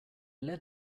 led